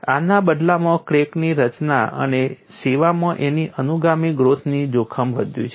આના બદલામાં ક્રેકની રચના અને સેવામાં તેની અનુગામી ગ્રોથનું જોખમ વધ્યું છે